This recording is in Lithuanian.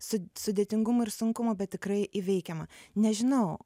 su sudėtingumo ir sunkumo bet tikrai įveikiama nežinau